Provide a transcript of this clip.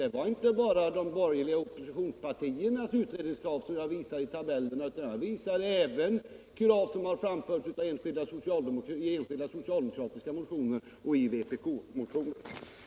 Det var inte bara de borgerliga oppositionspartiernas utredningsförslag jag visade i tabellerna, utan jag visade även krav som framförts i enskilda socialdemokratiska motioner och i vpk-motioner.